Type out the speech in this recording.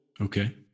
Okay